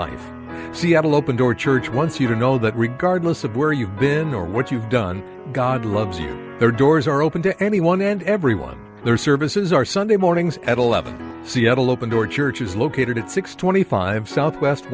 life seattle open door church once you are know that regardless of where you've been or what you've done god loves you their doors are open to anyone and everyone their services are sunday mornings at eleven seattle open door church is located at six twenty five south west